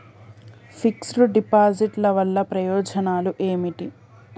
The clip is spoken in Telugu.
ఫిక్స్ డ్ డిపాజిట్ వల్ల ప్రయోజనాలు ఏమిటి?